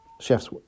chefs